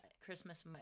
Christmas